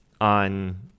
on